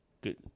good